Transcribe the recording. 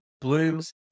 Bloom's